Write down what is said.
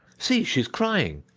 see, she's crying!